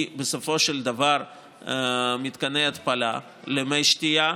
בסופו של דבר מתקני התפלה למי שתייה,